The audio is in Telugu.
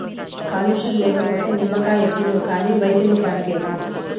క్యాల్షియం లేకపోతే నిమ్మకాయ తిను కాని వైద్యుని కాడికేలా